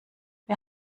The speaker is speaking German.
wer